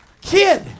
Kid